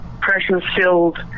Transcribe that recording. pressure-filled